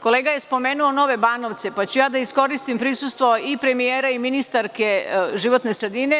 Kolega je spomenuo Nove Banovce, pa ću ja da iskoristim prisustvo i premijera i ministarke životne sredine.